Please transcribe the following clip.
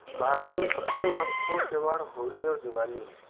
भारत में सबसे महत्वपूर्ण त्योहार होली और दिवाली है